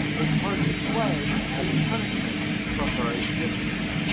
a part to play as punishment for her existence.